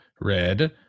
Red